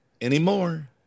anymore